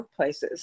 workplaces